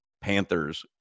Panthers